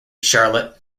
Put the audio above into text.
charlotte